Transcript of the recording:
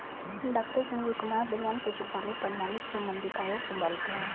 doctor Sanjeev Kumar Balyan पशुपालन प्रणाली संबंधित आयोग संभालते हैं